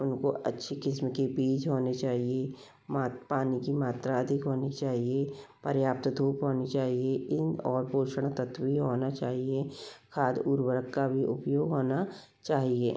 उनको अच्छी किस्म के बीज होने चाहिए मात पानी की मात्रा अधिक होनी चाहिए पर्याप्त धूप होनी चाहिए इन और पोषण तत्व होना चाहिए खाद उर्वरक का भी उपयोग होना चाहिए